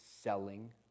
selling